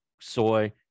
soy